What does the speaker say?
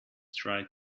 tried